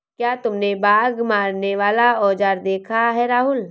क्या तुमने बाघ मारने वाला औजार देखा है राहुल?